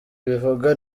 bivugwa